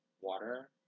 water